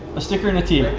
a sticker and a tee.